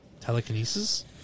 telekinesis